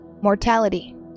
mortality